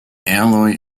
alloy